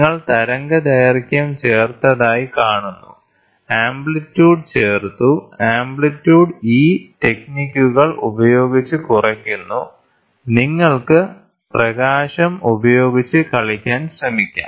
നിങ്ങൾ തരംഗദൈർഘ്യം ചേർത്തതായി കാണുന്നു ആംപ്ലിറ്റ്യൂഡ് ചേർത്തു ആംപ്ലിറ്റ്യൂഡ് ഈ ടെക്നിക്കുകൾ ഉപയോഗിച്ച് കുറയ്ക്കുന്നു നിങ്ങൾക്ക് പ്രകാശം ഉപയോഗിച്ച് കളിക്കാൻ ശ്രമിക്കാം